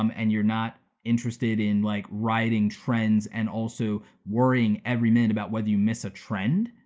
um and you're not interested in like writing trends and also worrying every minute about whether you miss a trend,